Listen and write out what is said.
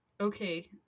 Okay